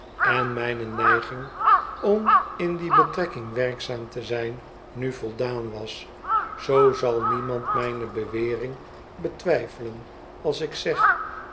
en mijne neiging om in die betrekking werkzaam te zijn nu voldaan was zoo zal niemand mijne bewering betwijfelen als ik zeg